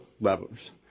levels